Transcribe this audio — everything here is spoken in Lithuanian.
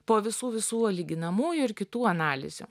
po visų visų lyginamųjų ir kitų analizių